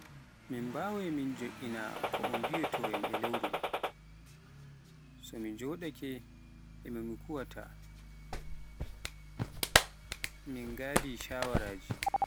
min mbawai min jo'iinaii ko un biyo toyan e lewru, so joddake e mo kuwaata, min gadi shawaraaji.